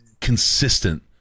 consistent